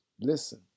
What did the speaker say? Listen